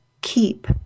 keep